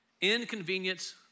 Inconvenience